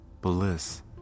bliss